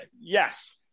yes